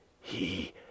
He